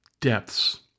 depths